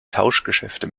tauschgeschäfte